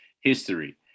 history